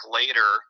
later